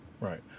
right